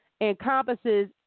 encompasses